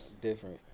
different